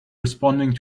responding